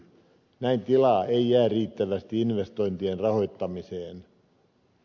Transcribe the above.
näin tilaa ei jää riittävästi investointien rahoittamiseen